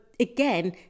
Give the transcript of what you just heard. Again